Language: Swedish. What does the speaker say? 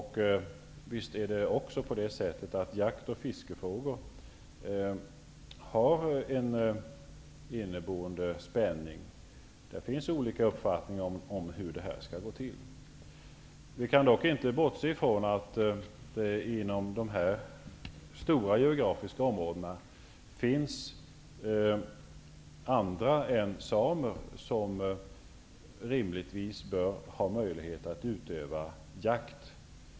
Visst är det också på det sättet att jakt och fiskefrågor har en inneboende spänning. Det finns ju olika uppfattningar om hur detta skall gå till. Vi kan dock inte bortse från att det inom de här aktuella stora geografiska områdena finns andra än samer som rimligtvis bör ha möjlighet att utöva jakt.